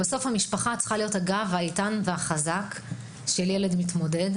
בסוף המשפחה צריכה להיות הגב האיתן והחזק של ילד מתמודד.